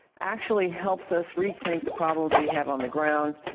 actually helps us rethink the problems we have on the ground.